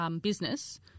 business